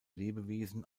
lebewesen